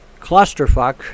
clusterfuck